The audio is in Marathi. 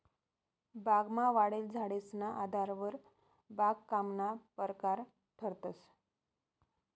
बागमा वाढेल झाडेसना आधारवर बागकामना परकार ठरतंस